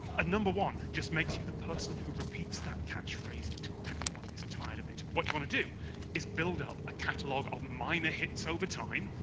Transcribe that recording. a number one just makes you the person who repeats that catchphrase until everyone is tired of it. what you want to do is build up a catalogue of minor hits over time,